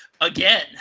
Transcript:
again